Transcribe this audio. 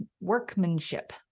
workmanship